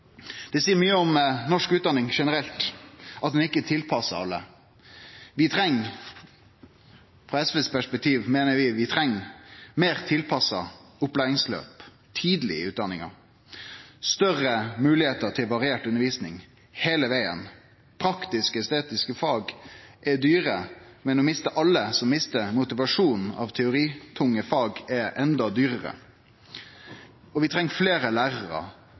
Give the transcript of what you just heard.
Det seier mykje om norsk utdanning generelt, at ho ikkje er tilpassa alle. Frå SVs perspektiv meiner vi at vi treng meir tilpassa opplæringsløp tidleg i utdanninga, større moglegheiter til variert undervisning heile vegen. Praktisk-estetiske fag er dyre, men å miste alle som mistar motivasjonen av teoritunge fag, er enda dyrare. Vi treng fleire lærarar